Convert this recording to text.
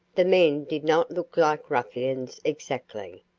the men did not look like ruffians exactly,